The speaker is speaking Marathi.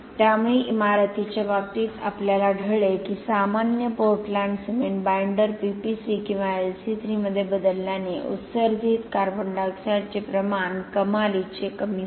त्यामुळे इमारतीच्या बाबतीत आपल्याला आढळले की सामान्य पोर्टलँड सिमेंट बाइंडर PPC किंवा LC3 मध्ये बदलल्याने उत्सर्जित कार्बन डायॉक्साइड चे प्रमाण कमालीचे कमी होते